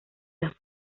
las